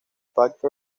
pacto